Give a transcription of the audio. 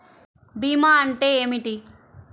భీమా అంటే ఏమిటి?